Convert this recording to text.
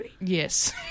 Yes